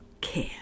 care